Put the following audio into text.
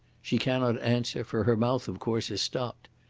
she cannot answer, for her mouth, of course, is stopped.